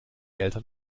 eltern